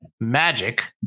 Magic